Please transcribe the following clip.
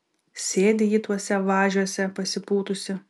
sėdi ji tuose važiuose pasipūtusi